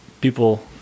people